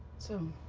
so